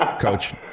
coach